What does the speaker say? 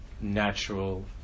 natural